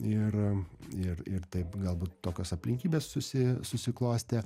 ir ir ir taip galbūt tokios aplinkybės susi susiklostė